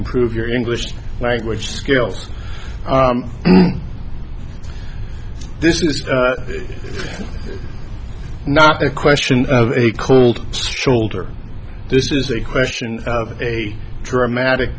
improve your english language skills this is not a question of a cold shoulder this is a question of a dramatic